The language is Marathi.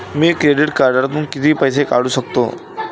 मी क्रेडिट कार्डातून किती पैसे काढू शकतो?